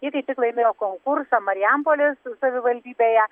jie kaip tik laimėjo konkursą marijampolės savivaldybėje